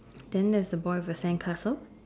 then there's a boy with a sandcastle